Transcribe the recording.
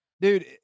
Dude